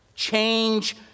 Change